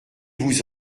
vous